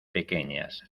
pequeñas